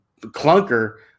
clunker